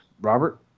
Robert